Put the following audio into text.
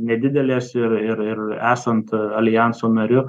nedidelės ir ir ir esant aljanso nariu